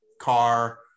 car